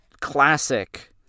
classic